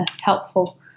helpful